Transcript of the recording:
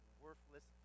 worthless